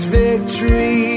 victory